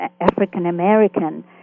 African-American